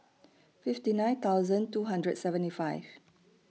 fifty nine thousand two hundred seventy five